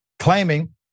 claiming